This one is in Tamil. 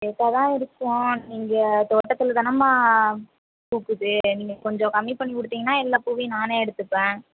பெருசாகதான் இருக்கும் நீங்கள் தோட்டத்தில் தானம்மா பூக்குது நீங்கள் கொஞ்சம் கம்மி பண்ணி கொடுத்தீங்கனா எல்லாப் பூவையும் நானே எடுத்துப்பேன்